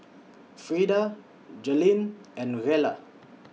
Frida Jalynn and Rella